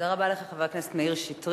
תודה רבה לך, חבר הכנסת מאיר שטרית.